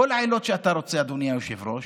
כל העילות שאתה רוצה, אדוני היושב-ראש.